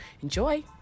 enjoy